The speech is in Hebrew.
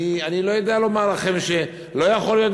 אני לא יודע לומר לכם שלא יכול להיות,